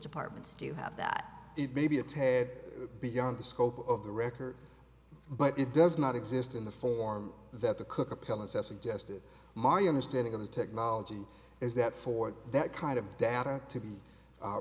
departments do have that it may be a tad beyond the scope of the record but it does not exist in the form that the cook appellants have suggested my understanding of the technology is that for that kind of data to be